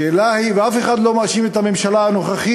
השאלה היא, ואף אחד לא מאשים את הממשלה הנוכחית